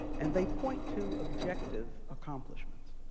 and they point to objective accomplishments.